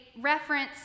reference